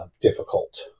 difficult